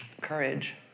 courage